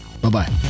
Bye-bye